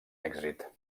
èxit